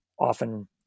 often